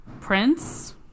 Prince